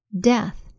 death